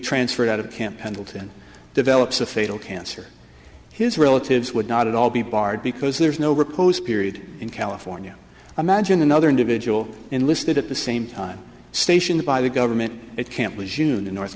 transferred out of camp pendleton develops a fatal cancer his relatives would not at all be barred because there's no riposte period in california imagine another individual enlisted at the same time station by the government at camp was june in north